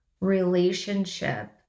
relationship